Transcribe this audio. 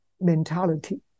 mentality